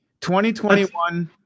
2021